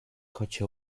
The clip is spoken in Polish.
kocie